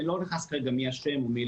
אני לא נכנס כרגע מי אשם.